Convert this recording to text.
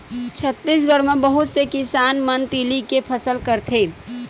छत्तीसगढ़ म बहुत से किसान मन तिली के फसल करथे